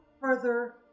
further